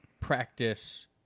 practice